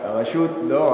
לא,